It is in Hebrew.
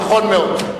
נכון מאוד.